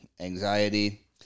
Anxiety